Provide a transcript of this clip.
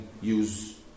use